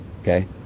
okay